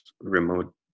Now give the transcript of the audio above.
remote